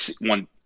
one